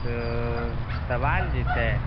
तऽ आएल जएतै